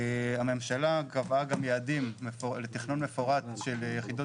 הממשלה קבעה גם יעדים לתכנון מפורט של יחידות